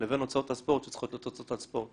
לבין הוצאות הספורט שצריכות להיות הוצאות על ספורט,